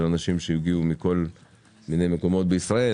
אנשים שהגיעו מכל מיני מקומות בישראל,